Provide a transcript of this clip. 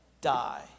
die